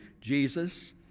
Jesus